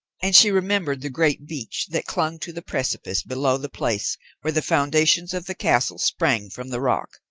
and she remembered the great beech that clung to the precipice below the place where the foundations of the castle sprang from the rock.